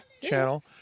channel